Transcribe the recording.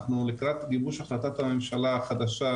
אנחנו לקראת גיבוש החלטת הממשלה החדשה,